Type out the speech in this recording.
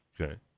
Okay